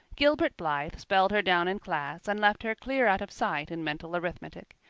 gilbert blythe spelled her down in class and left her clear out of sight in mental arithmetic.